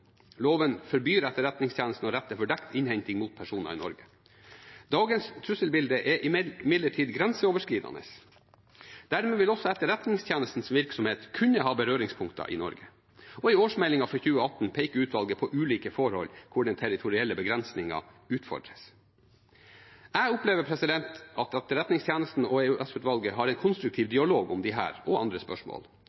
Loven forbyr etterretningstjenesten å rette fordekt innhenting mot personer i Norge. Dagens trusselbilde er imidlertid grenseoverskridende. Dermed vil også etterretningstjenestens virksomhet kunne ha berøringspunkter i Norge. I årsmeldingen for 2018 peker utvalget på ulike forhold hvor den territorielle begrensningen utfordres. Jeg opplever at etterretningstjenesten og EOS-utvalget har en konstruktiv